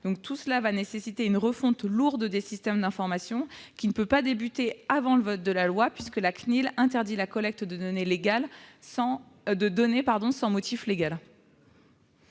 Tout cela imposera donc une refonte lourde des systèmes d'information, qui ne peut pas débuter avant le vote de la loi, puisque la CNIL interdit la collecte de données sans motif légal.